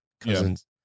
cousins